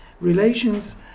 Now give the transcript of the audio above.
relations